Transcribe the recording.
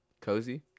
Cozy